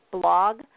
blog